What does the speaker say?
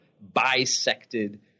bisected